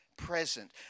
Present